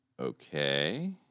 Okay